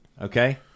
Okay